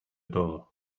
todo